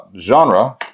genre